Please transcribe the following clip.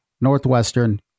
Northwestern